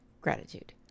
gratitude